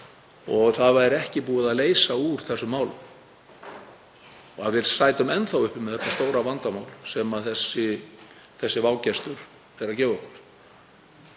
og það væri ekki búið að leysa úr þessum málum, að við sætum enn þá uppi með þetta stóra vandamál sem þessi vágestur hefur gefið okkur.